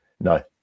No